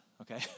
okay